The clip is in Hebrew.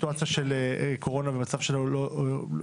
בסיטואציה של קורונה והמצב שלנו לא ודאי.